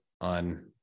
on